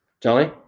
Johnny